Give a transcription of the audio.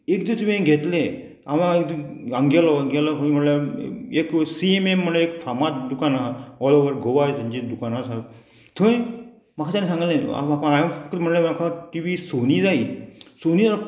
एकदा तुवें घेतलें हांव आमगेलो गेलों खंय म्हणल्यार एक सी एम एम म्हळ्यार एक फामाद दुकान आहा ऑल ओवर गोवा जेंची दुकानां आसा थंय म्हाका तेणे सांगले म्हाका हांवें म्हणल्यार म्हाका टी वी सोनी जायी सोनी